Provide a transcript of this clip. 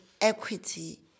equity